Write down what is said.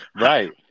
Right